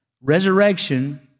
Resurrection